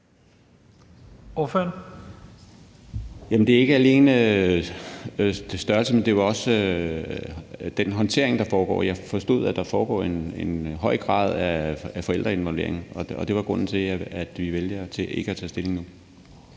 det er ikke alene størrelsen; det var også den håndtering, der foregår. Jeg forstod, at der foregår en høj grad af forældreinvolvering, og det var grunden til, at vi vælger ikke at tage stilling nu.